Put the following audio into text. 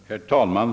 Herr talman!